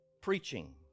preaching